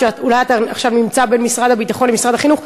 אולי אתה עכשיו נמצא בין משרד הביטחון למשרד החינוך,